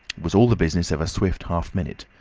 was all the business of a swift half-minute.